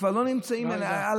שכבר לא נמצאים על הדרך,